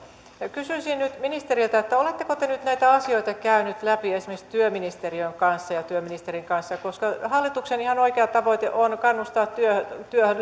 kysyisin nyt ministeriltä oletteko te nyt näitä asioita käynyt läpi esimerkiksi työministeriön kanssa ja työministerin kanssa hallituksen ihan oikea tavoite on kannustaa työhön työhön